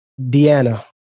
Deanna